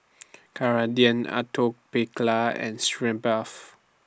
Ceradan Atopiclair and Sitz Bath